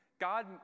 God